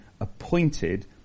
appointed